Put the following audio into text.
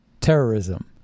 terrorism